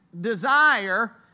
desire